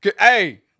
Hey